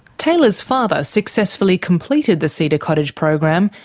taylor's father successfully completed the cedar cottage program,